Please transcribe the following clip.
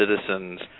citizens